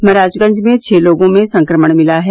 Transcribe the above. महराजगंज में छह लोगों में संक्रमण मिला है